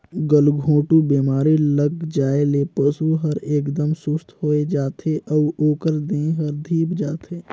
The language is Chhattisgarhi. गलघोंटू बेमारी लग जाये ले पसु हर एकदम सुस्त होय जाथे अउ ओकर देह हर धीप जाथे